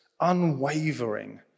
unwavering